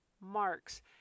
marks